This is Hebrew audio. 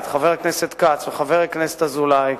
את חבר הכנסת כץ וחבר הכנסת אזולאי,